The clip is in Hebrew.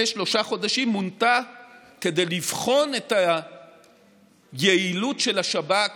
שלושה חודשים כדי לבחון את היעילות של השב"כ